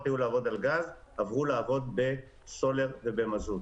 היו לעבוד על גז עברו לעבוד בסולר ובמזוט.